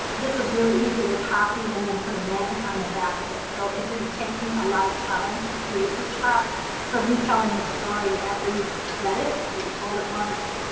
this was really easy to copy, and then put a magnet and on the back of it. so it didn't take me a lot of time to create these crafts for retelling the story after you've read it. maybe told it once,